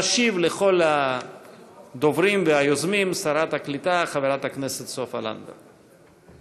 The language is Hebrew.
תשיב לכל הדוברים והיוזמים שרת הקליטה חברת הכנסת סופה לנדבר.